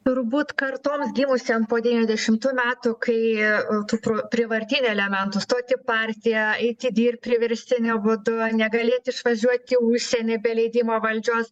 turbūt kartoms gimusiom po devyniasdešimtų metų kai tų pro prievartinių elementų stot į partiją eiti dirbt priverstiniu būdu negalėt išvažiuot į užsienį be leidimo valdžios